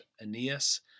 Aeneas